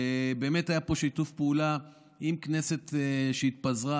באמת היה פה שיתוף פעולה עם כנסת שהתפזרה